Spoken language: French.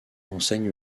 enseigne